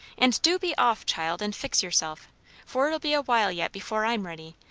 and do be off, child, and fix yourself for it'll be a while yet before i'm ready,